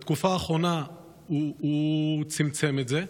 בתקופה האחרונה הוא צמצם את זה.